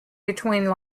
between